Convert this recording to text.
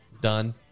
done